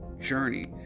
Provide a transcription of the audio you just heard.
journey